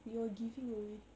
you're giving away